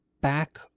back